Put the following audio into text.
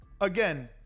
Again